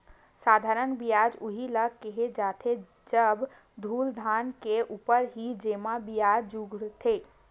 साधारन बियाज उही ल केहे जाथे जब मूलधन के ऊपर ही जेमा बियाज जुड़थे